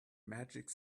magic